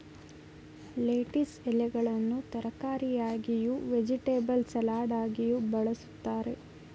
lettuce ಎಲೆಗಳನ್ನು ತರಕಾರಿಯಾಗಿಯೂ, vegetable ಸಲಡಾಗಿಯೂ ಬಳ್ಸತ್ತರೆ